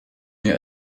mehr